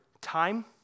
time